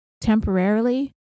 temporarily